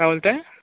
काय बोलताय